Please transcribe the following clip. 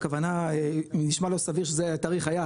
הכוונה אם נשמע לו סביר שזה היה תאריך היעד,